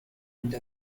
end